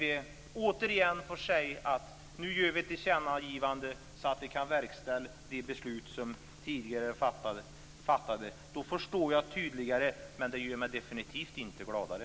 Vi får återigen göra ett tillkännagivande, så att de beslut som fattats tidigare kan verkställas. Nu förstår jag det bättre, men det gör mig definitivt inte gladare.